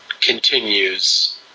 continues